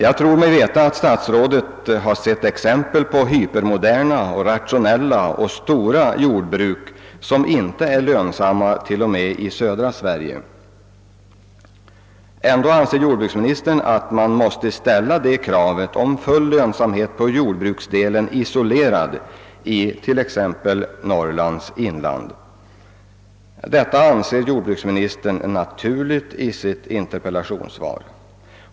Jag tror mig veta att statsrådet t.o.m. i södra Sverige har sett exempel på hypermoderna, rationella och stora jordbruk, som inte är lönsamma. Ändå menar jordbruksministern att man måste kräva full lönsamhet av jordbruksdelen isolerad i t.ex. Norrlands inland; detta anser han naturligt i sitt interpellationssvar.